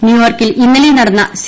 ന്യൂയോർക്കിൽ ഇന്നലെ നടന്ന സി